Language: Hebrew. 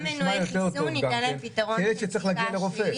-- -זה נשמע יותר טוב גם כן ילד שצריך להגיע לרופא